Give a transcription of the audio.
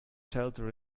shelter